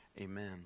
Amen